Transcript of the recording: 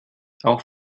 auch